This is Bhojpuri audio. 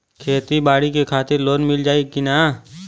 खेती बाडी के खातिर लोन मिल जाई किना?